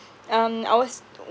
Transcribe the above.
um I was